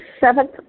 seventh